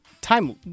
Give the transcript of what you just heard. Time